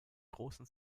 großen